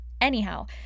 Anyhow